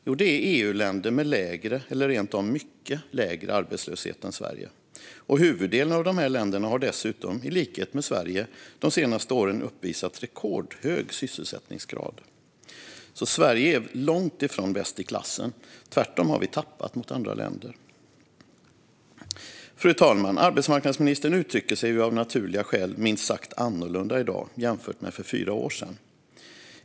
Jo, det är EU-länder med lägre eller rent av mycket lägre arbetslöshet än Sverige. Huvuddelen av dessa länder har dessutom, i likhet med Sverige, de senaste åren uppvisat rekordhög sysselsättningsgrad. Sverige är långt ifrån bäst i klassen; tvärtom har vi tappat mot andra länder. Fru talman! Arbetsmarknadsministern uttrycker sig av naturliga skäl minst sagt annorlunda i dag jämfört med för fyra år sedan.